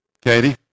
Katie